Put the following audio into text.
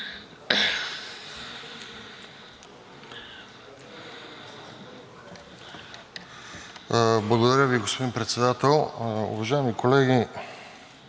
Благодаря Ви, господин Председател. Уважаеми колеги,